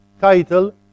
title